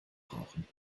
rauchen